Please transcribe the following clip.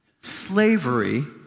slavery